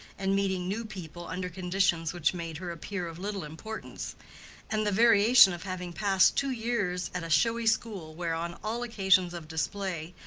and meeting new people under conditions which made her appear of little importance and the variation of having passed two years at a showy school, where, on all occasions of display,